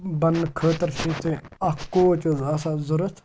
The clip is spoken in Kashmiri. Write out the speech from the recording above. بَنٛنہٕ خٲطرٕ چھی ژےٚ اَکھ کوچ حظ آسان ضوٚرَتھ